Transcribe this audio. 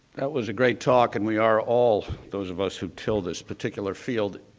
that was a great talk. and we are all, those of us who tell this particular field,